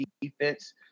defense –